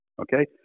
okay